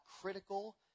critical